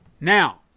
Now